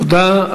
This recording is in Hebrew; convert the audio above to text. תודה.